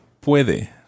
puede